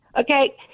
okay